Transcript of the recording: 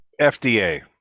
FDA